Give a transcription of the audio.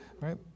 right